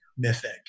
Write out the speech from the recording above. mythic